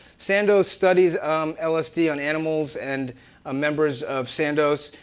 sandoz studies lsd on animals and ah members of sandoz,